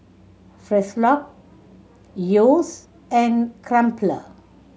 Frisolac Yeo's and Crumpler